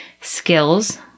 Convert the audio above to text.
skills